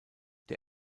der